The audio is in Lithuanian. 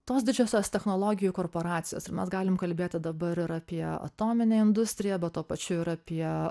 tos didžiosios technologijų korporacijos ir mes galim kalbėti dabar apie atominę industriją bet tuo pačiu ir apie